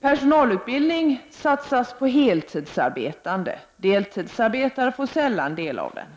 Personalutbildning satsas på heltidsarbetande. Deltidsarbetande får sällan del av den.